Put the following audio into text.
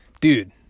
dude